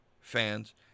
fans